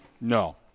No